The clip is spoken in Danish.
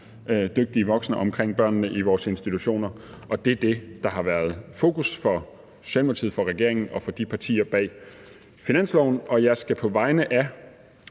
dygtige voksne omkring børnene i vores institutioner. Det er det, der har været fokus for Socialdemokratiet, for regeringen og for partierne bag finansloven. Jeg skal på vegne af